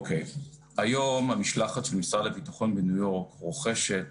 היום משלחת משרד הביטחון בניו יורק רוכשת